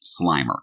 Slimer